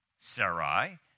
Sarai